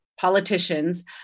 politicians